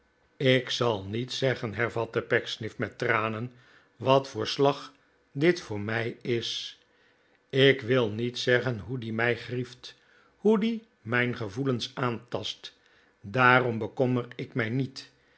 ik zal niet zeggen hervatte pecksniff met tranen wat voor slag dit voor mij is ik wil niet zeggen hoe die mij grieft hoe die mijn gevoelens aantast daarom bekommer ik mij niet